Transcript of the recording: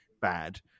bad